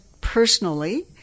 personally